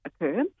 occur